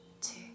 two